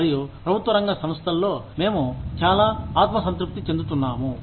మరియు ప్రభుత్వ రంగ సంస్థల్లో మేము చాలా ఆత్మసంతృప్తి చెందుతాము